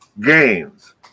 gains